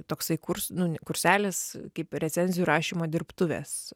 toksai kurs nu ne kurselis kaip recenzijų rašymo dirbtuvės